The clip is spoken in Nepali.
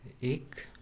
एक